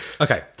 Okay